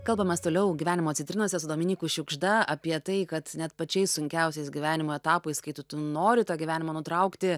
kalbam mes toliau gyvenimo citrinose su dominyku šiugžda apie tai kad net pačiais sunkiausiais gyvenimo etapais kai tu tu nori tą gyvenimą nutraukti